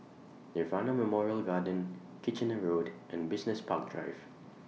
Nirvana Memorial Garden Kitchener Road and Business Park Drive